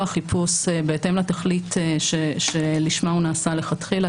החיפוש בהתאם לתכלית שלשמה הוא נעשה מלכתחילה,